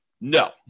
No